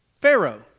Pharaoh